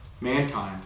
Mankind